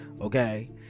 Okay